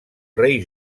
rei